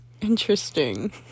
interesting